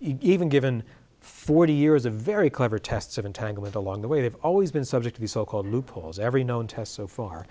even given forty years a very clever tests of entanglement along the way they've always been subject to the so called loopholes every known test so far